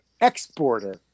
exporter